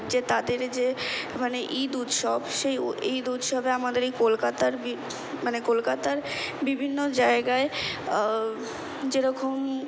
যে তাদের যে মানে ঈদ উৎসব সেই ঈদ উৎসবে আমাদের এই কলকাতার বি মানে কলকাতার বিভিন্ন জায়গায় যেরকম